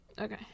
Okay